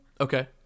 Okay